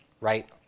Right